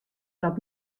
dat